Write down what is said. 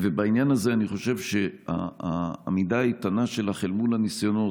בעניין הזה אני חושב שהעמידה האיתנה שלך אל מול הניסיונות